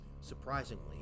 Surprisingly